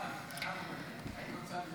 במה את מקנאה?